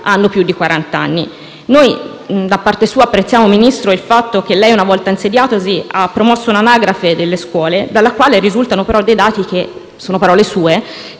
Grazie